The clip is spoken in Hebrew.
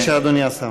בבקשה, אדוני השר.